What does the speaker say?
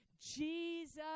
Jesus